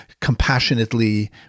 compassionately